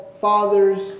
fathers